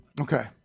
Okay